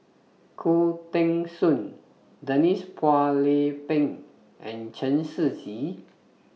Khoo Teng Soon Denise Phua Lay Peng and Chen Shiji